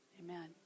Amen